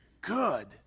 good